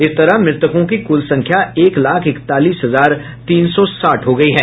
इस तरह मृतकों की कुल संख्या एक लाख इकतालीस हजार तीन सौ साठ हो गई है